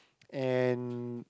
and